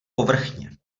povrchně